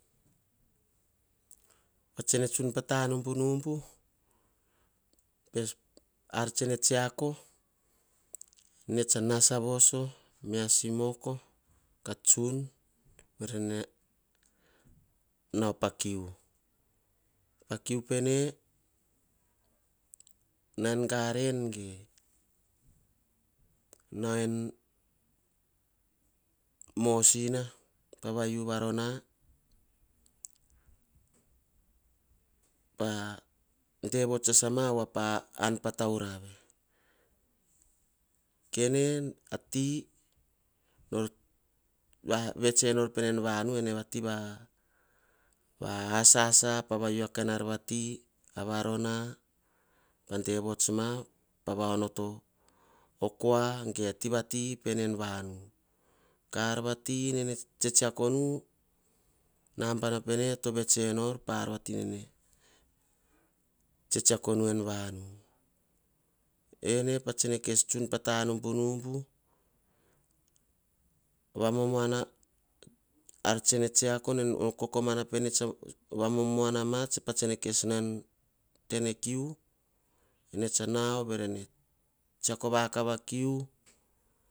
Pah tsene tsun pata nubunubu, ar tsene tsiako, ene tsa nasavoso kah simoko kah tsun. Varene nau kiu pah kiu pene nao en garen ge, nao ean mosina. Pava u varona pah dovuts sasa yoa pah ann pataurave kene ati nor vets enor pene en vanu. Pah asasa pah vau ar vati arona padevuts ma. Vaonoto kua ge tevati vavu kah vita nene tsetsaronu ene patse ne tsun tanubunubu vamomoana ar tse tsiako kokomana pene tsa vamomoana patse ne nao en tene kiu.